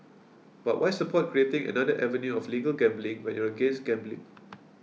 but why support creating another avenue of legal gambling when you against gambling